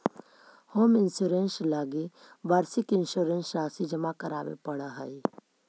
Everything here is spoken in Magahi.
होम इंश्योरेंस लगी वार्षिक इंश्योरेंस राशि जमा करावे पड़ऽ हइ